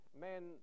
men